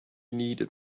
needed